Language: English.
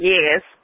Yes